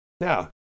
Now